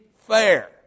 fair